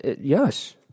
Yes